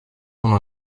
non